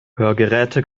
hörgeräte